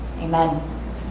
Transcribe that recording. Amen